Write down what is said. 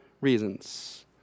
reasons